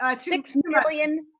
ah six million.